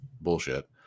bullshit